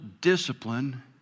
discipline